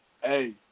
hey